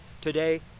today